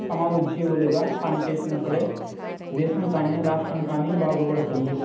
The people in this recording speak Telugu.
సమఉజ్జీలుగా పని చేసినప్పుడే దేశం కానీ రాష్ట్రం కానీ బాగుపడుతుంది